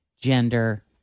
gender